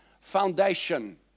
foundation